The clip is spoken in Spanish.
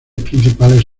principales